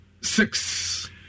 Six